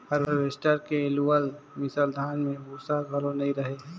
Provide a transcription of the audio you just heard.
harvester के लुअल मिसल धान में भूसा घलो नई रहें